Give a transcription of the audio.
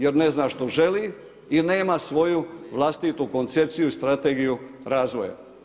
Jer ne zna što želi i nema svoju vlastitu koncepciju i strategiju razvoja.